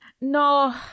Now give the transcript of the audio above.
no